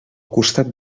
costat